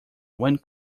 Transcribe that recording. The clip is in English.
went